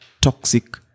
toxic